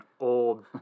old